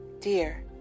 Dear